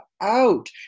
out